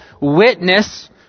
witness